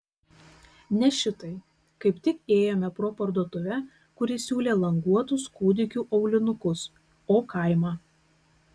ne šitai kaip tik ėjome pro parduotuvę kuri siūlė languotus kūdikių aulinukus o kaimą